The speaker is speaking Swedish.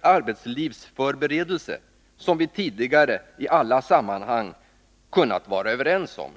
arbetslivsförberedelse som vi tidigare i alla sammanhang kunnat vara överens om.